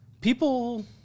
People